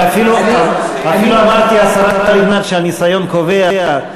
אפילו אמרתי לשרה לבנת שהניסיון קובע.